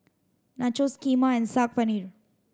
Nachos Kheema and Saag Paneer